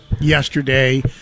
yesterday